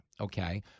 okay